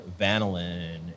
vanillin